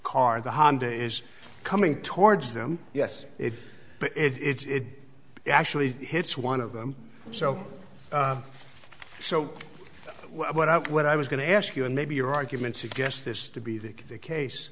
car the honda is coming towards them yes it it's actually hits one of them so so what what i was going to ask you and maybe your argument suggest this to be the case